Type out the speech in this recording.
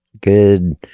good